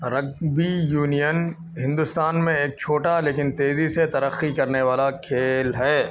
rugby union Hindustan میں ایک چھوٹا لیکن تیزی سے تَرقّی کرنے والا کھیل ہے